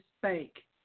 spake